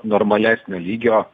normalesnio lygio